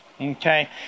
Okay